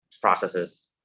processes